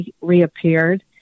reappeared